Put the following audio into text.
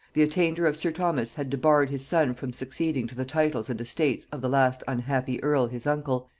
the attainder of sir thomas had debarred his son from succeeding to the titles and estates of the last unhappy earl his uncle,